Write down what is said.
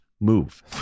move